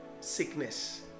Sickness